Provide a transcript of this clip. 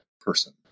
person